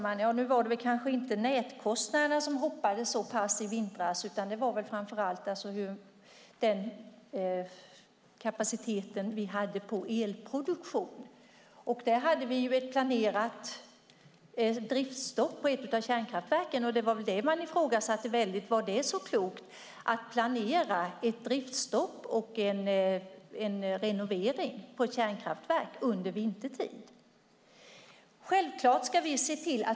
Herr talman! Nu var det inte nätkostnaderna som hoppade fram och tillbaka i vintras, utan det var framför allt frågan om kapaciteten i elproduktionen. Där fanns ett planerat driftstopp i ett av kärnkraftverken. Det ifrågasattes om det var så klokt att planera ett driftstopp och en renovering av ett kärnkraftverk under vintertid. Självklart ska vi sänka elpriserna.